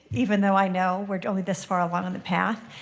even though i know we're only this far along on the path.